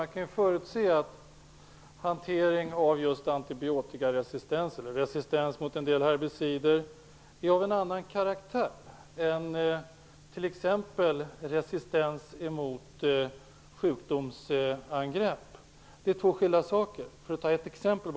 Man kan ju förutse att hantering av just antibiotikaresistens eller resistens mot en del herbicider är av en annan karaktär jämfört med t.ex. resistens mot sjukdomsangrepp. Det är två skilda saker. Detta är ett exempel.